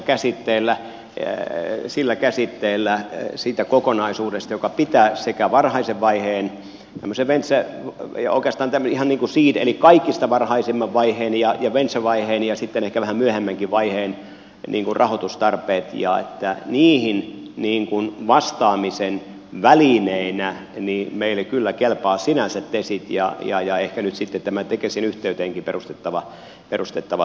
me puhumme tällaisen kasvurahaston käsitteellä siitä kokonaisuudesta joka pitää sisällään sekä varhaisen vaiheen tämmöisen ihan niin kuin seed eli kaikista varhaisimman vaiheen ja venture vaiheen että sitten ehkä vähän myöhemmänkin vaiheen rahoitustarpeet ja niihin vastaamisen välineenä meille kyllä kelpaa sinänsä tesi ja ehkä nyt sitten tämä tekesin yhteyteenkin perustettava yhtiö